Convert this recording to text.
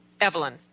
Evelyn